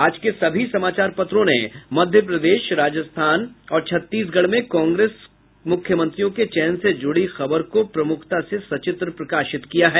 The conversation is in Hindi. आज के सभी समाचार पत्रों ने मध्य प्रदेश राजस्थान और छत्तीसगढ़ में कांग्रेस मुख्यमंत्रियों के चयन से जुड़ी खबर को प्रमुखता से सचित्र प्रकाशित किया है